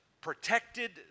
protected